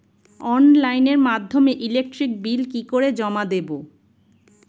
অনলাইনের মাধ্যমে electric bill কি করে জমা দেবো?